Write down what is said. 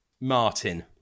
Martin